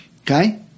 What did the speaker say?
okay